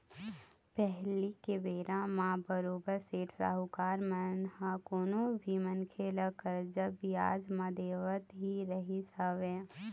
पहिली के बेरा म बरोबर सेठ साहूकार मन ह कोनो भी मनखे ल करजा बियाज म देवत ही रहिस हवय